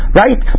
right